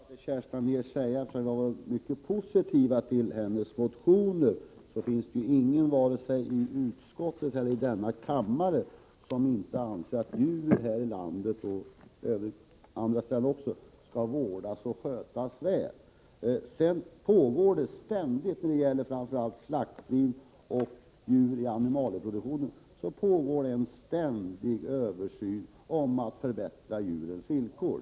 Herr talman! Jag vill till Kerstin Anér bara säga att utskottet varit mycket positivt till hennes motioner. Det finns ingen vare sig i utskottet eller i denna kammare som inte anser att djur här i landet och även i andra länder skall vårdas och skötas väl. När det gäller slaktdjur och djur i animalieproduktionen pågår en ständig översyn av bestämmelserna i syfte att förbättra djurens villkor.